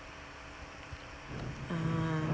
ah